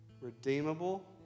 redeemable